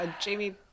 Jamie